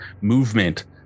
movement